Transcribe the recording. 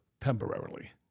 temporarily